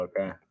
okay